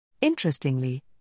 Interestingly